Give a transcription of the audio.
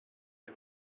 την